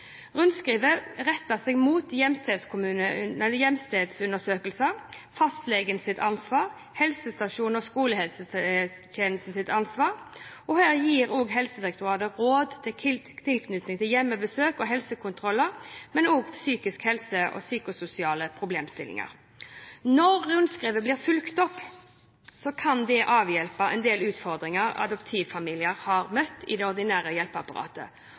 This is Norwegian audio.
Rundskrivet retter seg mot hjemkomstundersøkelser, fastlegens ansvar og helsestasjons- og skolehelsetjenestens ansvar. Her gir Helsedirektoratet råd i tilknytning til hjemmebesøk og helsekontroller, men også psykisk helse og psykososiale problemstillinger. Når rundskrivet blir fulgt opp, kan det avhjelpe en del utfordringer adoptivfamilier har møtt i det ordinære hjelpeapparatet,